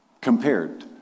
compared